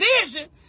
vision